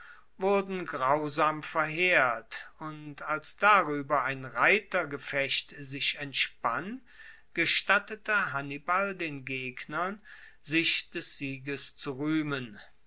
wurden grausam verheert und als darueber ein reitergefecht sich entspann gestattete hannibal den gegnern sich des sieges zu ruehmen